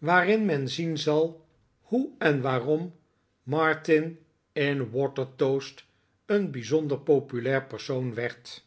waarin men zien zal hoe en waarom martin in watertoast een bijzonder populair persoon werd